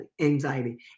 anxiety